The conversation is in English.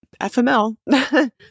FML